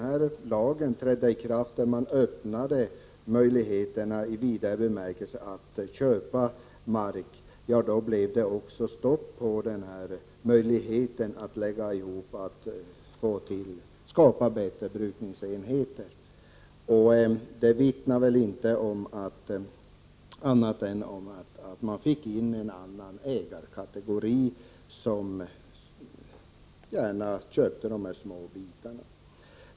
När lagen trädde i kraft och möjligheterna öppnades i vidare bemärkelse att köpa mark, blev det stopp på möjligheten att skapa bättre brukningsenheter. Det vittnar väl inte om annat än att man fick in en annan ägarkategori, som gärna köpte de små ägorna.